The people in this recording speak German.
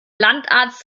landarzt